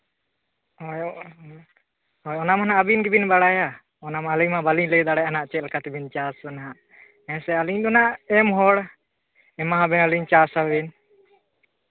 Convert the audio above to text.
ᱦᱳᱭᱳᱜᱼᱟ ᱚᱱᱟ ᱢᱟ ᱦᱟᱸᱜ ᱟᱹᱵᱤᱱ ᱜᱮᱵᱤᱱ ᱵᱟᱲᱟᱭᱟ ᱚᱱᱟ ᱢᱟ ᱟᱹᱞᱤᱧ ᱢᱟ ᱵᱟᱹᱞᱤᱧ ᱞᱟᱹᱭ ᱫᱟᱲᱮᱭᱟᱜ ᱦᱟᱸᱜ ᱪᱮᱫ ᱞᱮᱠᱟ ᱛᱮᱵᱤᱱ ᱪᱟᱥᱼᱟ ᱱᱟᱦᱟᱸᱜ ᱦᱮᱸ ᱥᱮ ᱟᱹᱞᱤᱧ ᱫᱚ ᱦᱟᱸᱜ ᱮᱢ ᱦᱚᱲ ᱮᱢᱟᱣ ᱵᱮᱱᱟ ᱞᱤᱧ ᱪᱟᱥ ᱟᱹᱞᱤᱧ